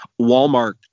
Walmart